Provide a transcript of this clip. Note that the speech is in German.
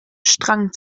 strang